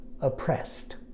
oppressed